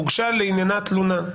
הוגשה לעניינה תלונה.